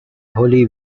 holy